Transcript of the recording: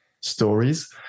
stories